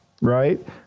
right –